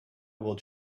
will